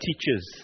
teachers